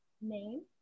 name